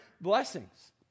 blessings